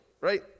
right